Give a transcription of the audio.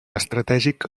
estratègic